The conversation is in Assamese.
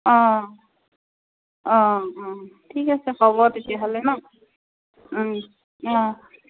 অঁ অঁ অঁ ঠিক আছে হ'ব তেতিয়াহ'লে ন অঁ